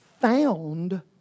found